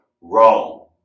wrong